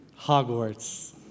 Hogwarts